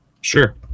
Sure